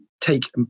take